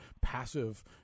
passive